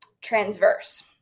transverse